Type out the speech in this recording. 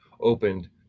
opened